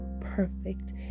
perfect